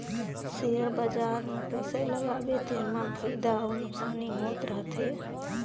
share बजार मे पइसा लगाबे तेमा फएदा अउ नोसकानी होत रहथे